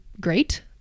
great